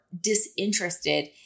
disinterested